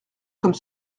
comme